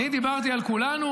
אני דיברתי על כולנו